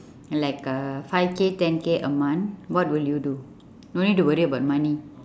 like uh five K ten K a month what will you do no need to worry about money